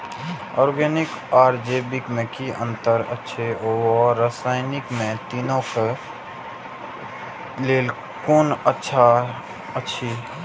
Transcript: Organic आर जैविक में कि अंतर अछि व रसायनिक में तीनो क लेल कोन अच्छा अछि?